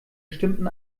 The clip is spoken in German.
bestimmten